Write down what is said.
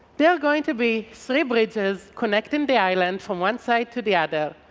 there are going to be three bridges connecting the island from one side to the other.